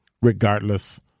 regardless